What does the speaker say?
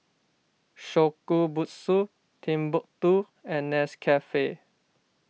Shokubutsu Timbuk two and Nescafe